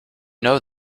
know